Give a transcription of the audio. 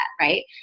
Right